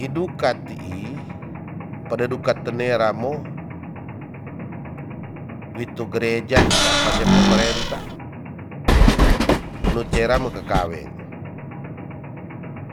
Iduka tii pade duka tenera mo witu greja kapa se pemerentah nu jra moka kaweng